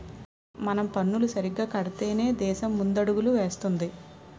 మనం పన్నులు సరిగ్గా కడితేనే దేశం ముందడుగులు వేస్తుంది